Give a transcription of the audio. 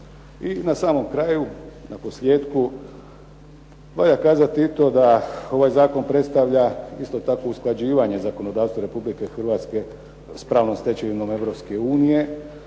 I na samom kraju, naposljetku valja kazati i to da ovaj zakon predstavlja isto tako usklađivanje zakonodavstva Republike Hrvatske s pravnom stečevinom